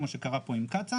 כמו שקרה פה עם קצא"א,